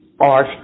Art